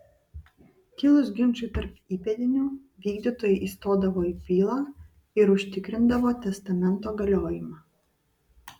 kilus ginčui tarp įpėdinių vykdytojai įstodavo į bylą ir užtikrindavo testamento galiojimą